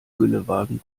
güllewagen